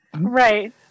Right